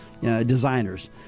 designers